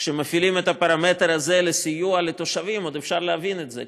כשמפעילים את הפרמטר הזה לסיוע לתושבים עוד אפשר להבין את זה,